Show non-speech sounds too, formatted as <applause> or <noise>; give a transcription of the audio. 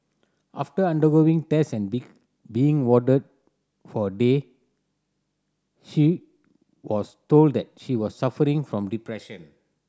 after undergoing test and <unintelligible> being warded for a day she was told that she was suffering from depression